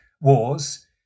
Wars